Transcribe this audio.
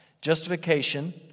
justification